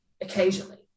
occasionally